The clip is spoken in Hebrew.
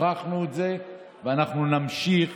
הוכחנו את זה ואנחנו נמשיך